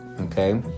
okay